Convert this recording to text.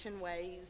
ways